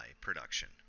production